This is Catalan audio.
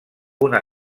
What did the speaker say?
una